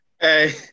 Hey